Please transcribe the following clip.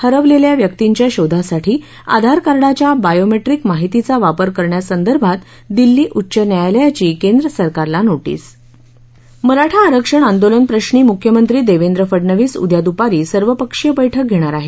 हरवलेल्या व्यक्तींच्या शोधासाठी आधारकार्डाच्या बायोमेट्रिक माहितीचा वापर करण्यासंदर्भात दिल्ली उच्च न्यायालयाची केंद्र सरकारला नोटिस मराठा आरक्षण आंदोलन प्रश्नी मुख्यमंत्री देवेंद्र फडनवीस उद्या द्पारी सर्वपक्षीय बैठक घेणार आहेत